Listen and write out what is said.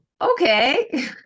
Okay